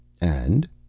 and—